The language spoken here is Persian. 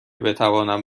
بتوانم